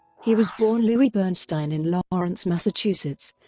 he was born louis bernstein in lawrence, massachusetts,